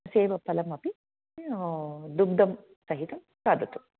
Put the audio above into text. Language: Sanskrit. सेवफलमपि दुग्धं सहितं खादतु